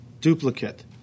duplicate